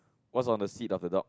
what's on the seat of the dog